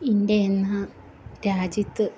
India എന്ന രാജ്യത്ത്